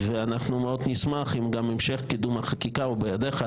ואנחנו מאוד נשמח אם גם המשך קידום החקיקה הוא בידיך,